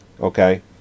Okay